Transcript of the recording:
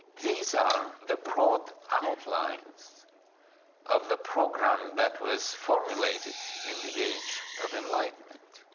these are the broad outlines of the program that was formulated in the age of enlightenment.